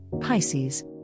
Pisces